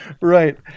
right